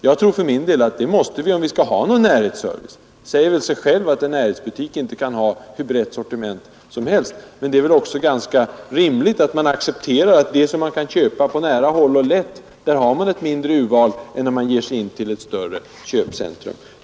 Jag tror för min del att det måste vi göra om vi skall ha någon närhetsservice. Det säger sig självt att en närbutik inte kan ha hur brett sortiment som helst. Det är väl också ganska rimligt att av det som man kan köpa på nära håll finns ett mindre urval än som kan erbjudas i ett större köpcentrum.